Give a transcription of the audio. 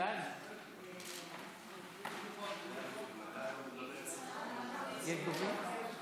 התשפ"ב 2021, קריאה שנייה ושלישית.